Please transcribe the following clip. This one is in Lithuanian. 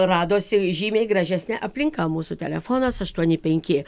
radosi žymiai gražesnė aplinka mūsų telefonas aštuoni penki